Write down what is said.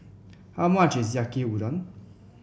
how much is Yaki Udon